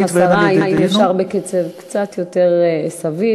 ברשותך, השרה, אם אפשר בקצב קצת יותר סביר.